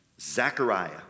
Zechariah